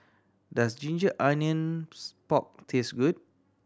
does ginger onions pork taste good